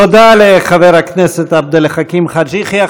תודה לחבר הכנסת עבד אל חכים חאג' יחיא.